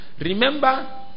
Remember